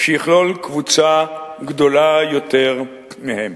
שיכלול קבוצה גדולה יותר מהם.